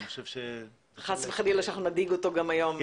חס וחלילה שנדאיג אותו היום.